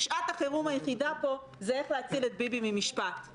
שעת החירום היחידה פה היא איך להציל את ביבי ממשפט.